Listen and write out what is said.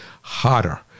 hotter